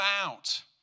out